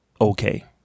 okay